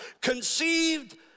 conceived